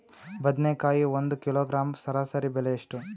ಬದನೆಕಾಯಿ ಒಂದು ಕಿಲೋಗ್ರಾಂ ಸರಾಸರಿ ಬೆಲೆ ಎಷ್ಟು?